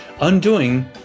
undoing